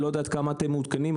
אני לא יודע כמה אתם מעודכנים,